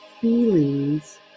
feelings